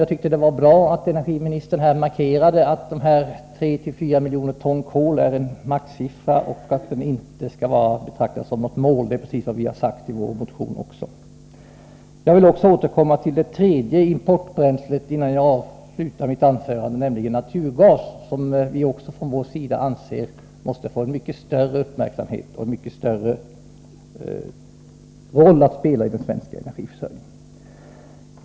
Jag tyckte att det var bra att energiministern här markerade att dessa 3 å 4 miljoner ton avser en maximisiffra och inte skall betraktas som ett mål. Det är precis vad vi också har sagt i vår motion. Jag vill också återkomma till det tredje importbränslet innan jag slutar mitt anförande. Det gäller naturgas, som vi från vår sida anser måste få mycket större uppmärksamhet och mycket större roll i den svenska energiförsörjningen.